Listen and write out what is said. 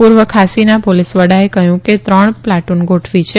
પુર્વ ખાસીના લોલીસ વડાએ કહયું કે ત્રણ પ્લાટુન ગોઠવી છે